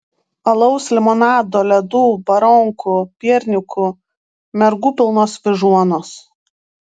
alaus limonado ledų baronkų piernykų mergų pilnos vyžuonos